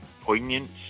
poignant